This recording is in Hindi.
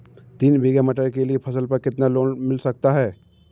तीन बीघा मटर के लिए फसल पर कितना लोन मिल सकता है?